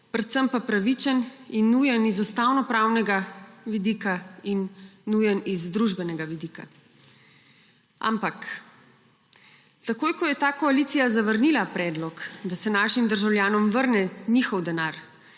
predvsem pa pravičen in nujen z ustavnopravnega vidika in nujen z družbenega vidika. Ampak takoj ko je ta koalicija zavrnila predlog, da se našim državljanom vrne njihov denar,